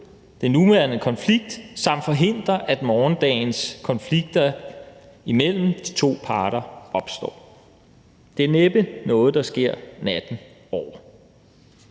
den nuværende konflikt samt at forhindre, at morgendagens konflikter imellem de to parter opstår. Det er næppe noget, der sker natten over,